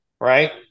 right